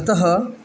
अतः